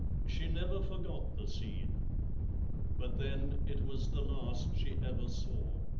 she never forgot the scene but then, it was the last she ever saw.